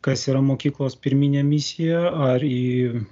kas yra mokyklos pirminė misija ar į